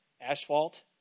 Asphalt